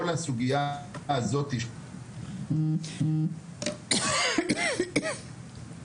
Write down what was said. כל הסוגייה הזאת של תוספת לבסיס התקציב ---.